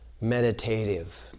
meditative